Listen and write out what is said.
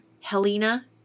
Helena